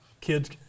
kids